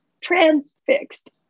transfixed